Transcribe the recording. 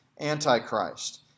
Antichrist